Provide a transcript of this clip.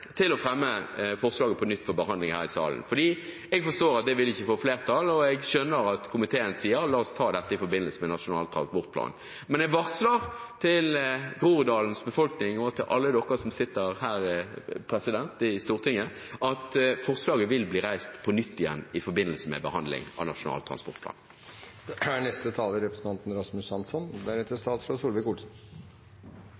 til å fremme forslaget på nytt for behandling her i salen fordi jeg forstår at det ikke vil få flertall. Jeg skjønner at komiteen sier: La oss ta dette i forbindelse med Nasjonal transportplan. Men jeg varsler til Groruddalens befolkning og til alle dere som sitter her i Stortinget, at forslaget vil bli reist på nytt i forbindelse med behandlingen av Nasjonal transportplan. Forslaget fra representanten Heikki Eidsvoll Holmås fra SV er